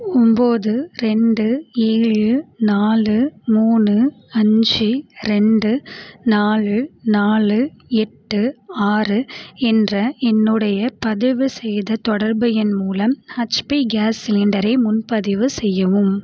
ஒம்பது ரெண்டு ஏழு நாலு மூணு அஞ்சு ரெண்டு நாலு நாலு எட்டு ஆறு என்ற என்னுடைய பதிவுசெய்த தொடர்பு எண் மூலம் ஹெச்பி கேஸ் சிலிண்டரை முன்பதிவு செய்யவும்